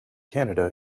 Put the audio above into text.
canada